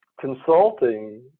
consulting